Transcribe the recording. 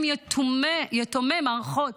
כשהם יתומי מערכות